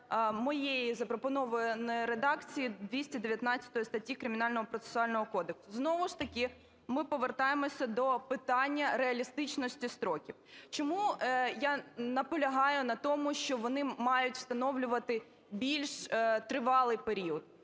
моєї запропонованої редакції 219 статті Кримінального процесуального кодексу. Знову ж таки ми повертаємося до питання реалістичності строків. Чому я наполягаю на тому, що вони мають встановлювати більш тривалий період?